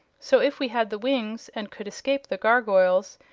so, if we had the wings, and could escape the gargoyles,